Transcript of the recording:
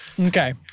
okay